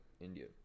India